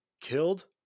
killed